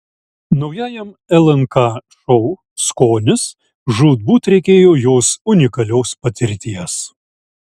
naujajam lnk šou skonis žūtbūt reikėjo jos unikalios patirties